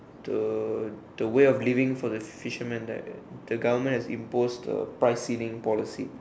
the the way of living for the fishermen that the government have imposed the price ceiling policy